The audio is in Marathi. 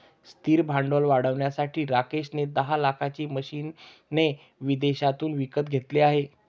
स्थिर भांडवल वाढवण्यासाठी राकेश ने दहा लाखाची मशीने विदेशातून विकत घेतले आहे